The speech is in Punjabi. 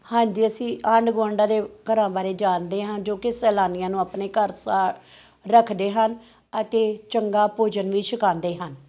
ਹਾਂਜੀ ਅਸੀਂ ਆਂਢ ਗੁਆਂਢ ਦੇ ਘਰਾਂ ਬਾਰੇ ਜਾਣਦੇ ਹਾਂ ਜੋ ਕਿ ਸੈਲਾਨੀਆਂ ਨੂੰ ਆਪਣੇ ਘਰ ਸਾ ਰੱਖਦੇ ਹਨ ਅਤੇ ਚੰਗਾ ਭੋਜਨ ਵੀ ਛਕਾਉਂਦੇ ਹਨ